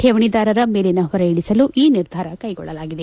ರೇವಣಿದಾರರ ಮೇಲಿನ ಹೊರೆ ಇಳಿಸಲು ಈ ನಿರ್ಧಾರ ಕೈಗೊಳ್ಳಲಾಗಿದೆ